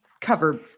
cover